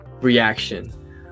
reaction